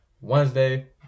Wednesday